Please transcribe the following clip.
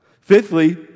Fifthly